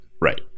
Right